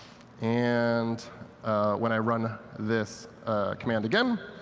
and when i run this command again